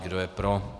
Kdo je pro?